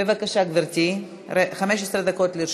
בבקשה, גברתי, 15 דקות לרשותך.